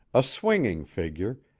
a swinging figure,